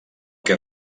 que